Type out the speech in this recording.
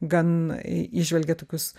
gan įžvelgia tokius